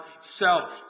self